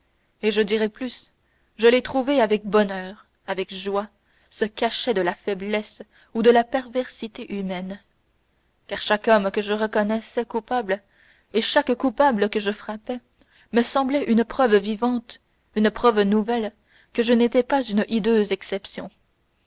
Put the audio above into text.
et je dirai plus je l'ai trouvé avec bonheur avec joie ce cachet de la faiblesse ou de la perversité humaine car chaque homme que je reconnaissais coupable et chaque coupable que je frappais me semblait une preuve vivante une preuve nouvelle que je n'étais pas une hideuse exception